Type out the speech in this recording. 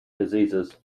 diseases